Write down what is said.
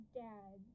dad